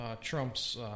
Trump's